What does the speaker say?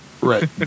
right